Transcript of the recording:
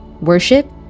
Worship